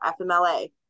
fmla